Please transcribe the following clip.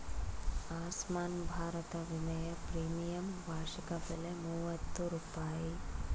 ಆಸ್ಮಾನ್ ಭಾರತ ವಿಮೆಯ ಪ್ರೀಮಿಯಂ ವಾರ್ಷಿಕ ಬೆಲೆ ಮೂವತ್ತು ರೂಪಾಯಿ